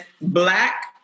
Black